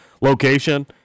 location